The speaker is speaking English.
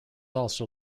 also